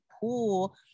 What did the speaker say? pool